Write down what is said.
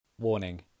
Warning